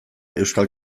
euskal